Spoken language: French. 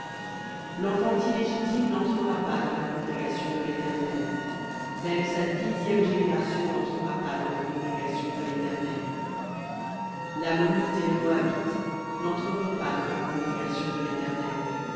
l'enfant illégitime n'entrera pas dans la congrégation de l'éternel même sa dixième génération n'entrera pas dans la congrégation de léternel lammonite et le moabite n'entreront pas dans la congrégation de l'éternel